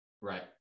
right